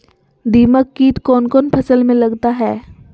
दीमक किट कौन कौन फसल में लगता है?